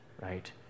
right